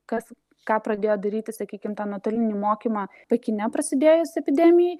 kas ką pradėjo daryti sakykim tą nuotolinį mokymą pekine prasidėjus epidemijai